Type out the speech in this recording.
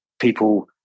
People